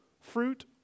fruit